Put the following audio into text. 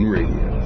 Radio